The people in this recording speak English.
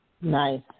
Nice